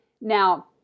Now